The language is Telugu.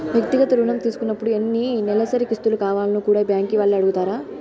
వ్యక్తిగత రుణం తీసుకున్నపుడు ఎన్ని నెలసరి కిస్తులు కావాల్నో కూడా బ్యాంకీ వాల్లే అడగతారు